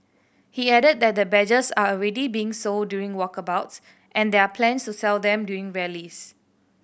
he added that the badges are already being sold during walkabouts and there are plans to sell them during rallies